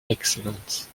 excellentes